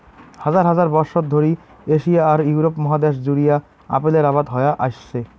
হাজার হাজার বছর ধরি এশিয়া আর ইউরোপ মহাদ্যাশ জুড়িয়া আপেলের আবাদ হয়া আইসছে